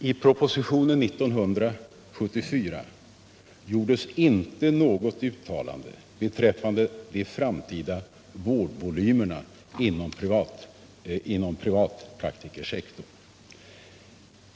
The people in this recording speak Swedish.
I propositionen 1974 gjordes inte något uttalande beträffande de framtida vårdvolymerna inom privatpraktikersektorn.